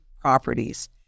properties